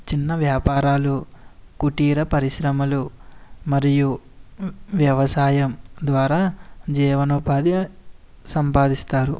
చిన్న వ్యాపారాలు కుటీర పరిశ్రమలు మరియు వ్యవసాయం ద్వారా జీవనోపాధి సంపాదిస్తారు